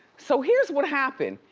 so here's what happened.